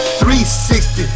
360